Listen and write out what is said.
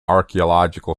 archaeological